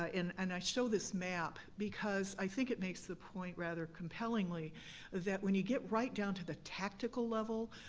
ah and and i show this map because i think it makes the point rather compellingly that when you get right down to the tactical level,